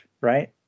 right